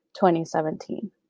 2017